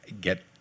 get